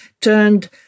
turned